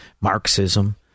Marxism